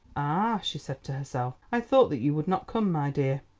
ah! she said to herself, i thought that you would not come, my dear.